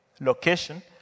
location